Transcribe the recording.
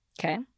Okay